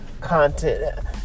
content